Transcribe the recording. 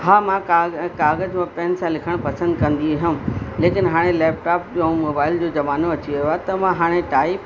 हा मां काग क़ागर में हू पैन सां लिखणु पसंदि कंदी हुअमि लेकिन हाणे लैपटॉप ऐं मोबाइल जो ज़मानो अची वियो आहे त मां हाणे तारीफ़ु